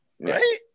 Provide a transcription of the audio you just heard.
Right